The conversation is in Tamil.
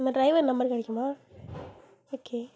அந்த டிரைவர் நம்பர் கிடைக்குமா ஓகே